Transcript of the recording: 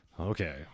okay